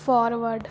forward